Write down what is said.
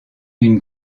une